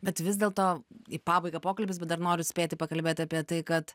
bet vis dėlto į pabaigą pokalbis bet dar noriu spėti pakalbėt apie tai kad